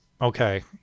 Okay